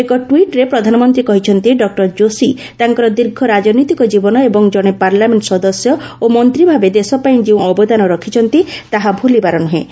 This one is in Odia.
ଏକ ଟ୍ୱିଟ୍ରେ ପ୍ରଧାନମନ୍ତ୍ରୀ କହିଛନ୍ତି ଡକ୍କର ଜୋଶୀ ତାଙ୍କର ଦୀର୍ଘ ରାଜନୈତିକ ଜୀବନ ଏବଂ ଜଣେ ପାର୍ଲାମେଣ୍ଟ ସଦସ୍ୟ ଓ ମନ୍ତ୍ରୀ ଭାବେ ଦେଶପାଇଁ ଯେଉଁ ଅବଦାନ ରଖିଛନ୍ତି ତାହା ଭୁଲିବାର ନୁହେଁ